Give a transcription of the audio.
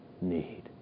need